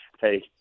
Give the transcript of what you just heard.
hey